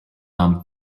arm